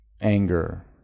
anger